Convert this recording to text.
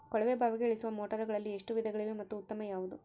ಕೊಳವೆ ಬಾವಿಗೆ ಇಳಿಸುವ ಮೋಟಾರುಗಳಲ್ಲಿ ಎಷ್ಟು ವಿಧಗಳಿವೆ ಮತ್ತು ಉತ್ತಮ ಯಾವುದು?